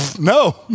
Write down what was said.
No